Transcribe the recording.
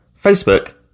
Facebook